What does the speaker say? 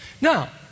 Now